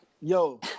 yo